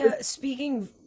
Speaking